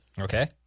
Okay